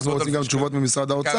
אנחנו רוצים גם תשובות ממשרד האוצר,